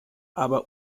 aber